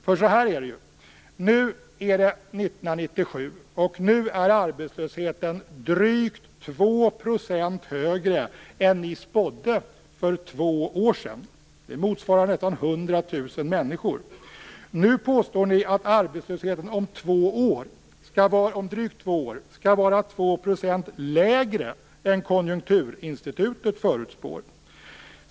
För så här är det: Nu är det 1997, och nu är arbetslösheten drygt 2 % högre än vad ni spådde för två år sedan. Det motsvarar nästan 100 000 människor. Nu påstår ni att arbetslösheten om drygt två år skall vara 2 % lägre än vad Konjunkturinstitutet förutspår.